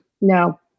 No